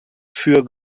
für